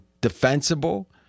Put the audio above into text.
defensible